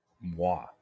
moi